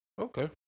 Okay